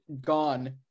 gone